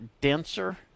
denser